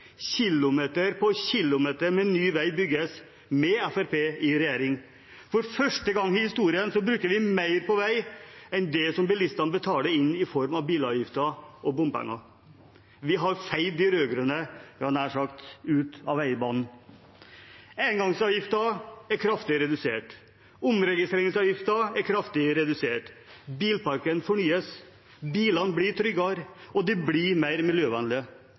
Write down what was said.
på kilometer med ny vei bygges med Fremskrittspartiet i regjering. For første gang i historien bruker vi mer på vei enn det som bilistene betaler inn i form av bilavgifter og bompenger. Vi har feid de rød-grønne ut av, jeg hadde nær sagt, veibanen. Engangsavgiften er kraftig redusert. Omregistreringsavgiften er kraftig redusert. Bilparken fornyes. Bilene blir tryggere, og de blir mer miljøvennlige.